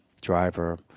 driver